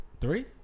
Three